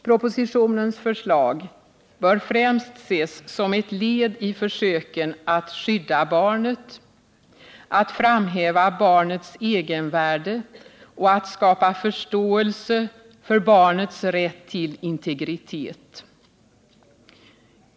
Propositionens förslag bör främst ses som ett led i försöken att skydda barnet, att framhäva barnets egenvärde och att skapa förståelse för barnets rätt till integritet.